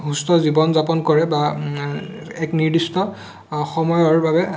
সুস্থ জীৱন যাপন কৰে বা এক নিৰ্দিষ্ট সময়ৰ বাবে